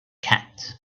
cat